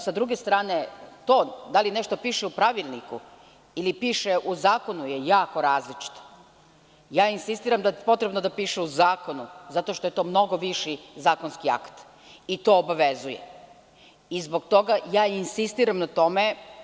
Sa druge strane, da li nešto piše u pravilniku ili piše u zakonu, je jako različito i ja insistiram da je potrebno da piše u zakonu, jer to je mnogo viši zakonski akt i to obavezuje i zbog toga ja insistiram na tome.